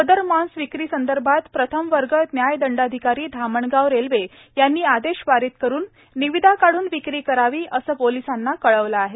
सदर मास विक्री संदर्भात प्रथम वर्ग न्याय दंडाधिकारी धामणगाव रेल्वे यांनी आदेश पारीत करुन निविदा काढून विक्री करावी असे पोलिसांना कळविले आहे